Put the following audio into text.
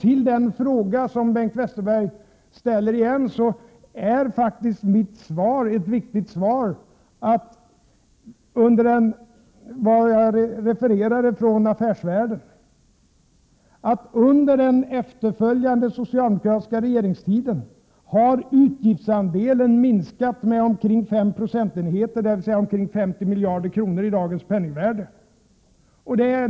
Till den fråga som Bengt Westerberg ställer igen är mitt svar, där jag refererade från Affärsvärlden: Under den efterföljande socialdemokratiska regeringstiden har utgiftsandelen minskat med omkring 5 procentenheter, dvs. omkring 50 miljarder kronor i dagens penningvärde.